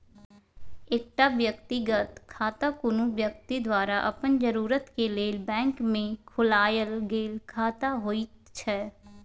एकटा व्यक्तिगत खाता कुनु व्यक्ति द्वारा अपन जरूरत के लेल बैंक में खोलायल गेल खाता होइत छै